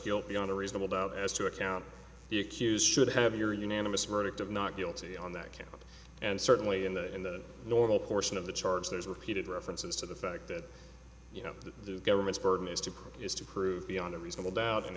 guilt beyond a reasonable doubt as to account the accused should have your unanimous verdict of not guilty on that count and certainly in the in the normal portion of the charge there's repeated references to the fact that you know the government's burden is to prove is to prove beyond a reasonable doubt and